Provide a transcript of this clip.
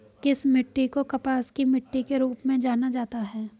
किस मिट्टी को कपास की मिट्टी के रूप में जाना जाता है?